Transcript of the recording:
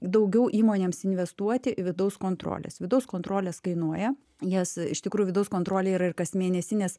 daugiau įmonėms investuoti vidaus kontrolės vidaus kontrolės kainuoja jas iš tikrųjų vidaus kontrolė yra ir kasmėnesinės